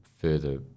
further